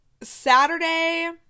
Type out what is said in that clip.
saturday